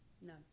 No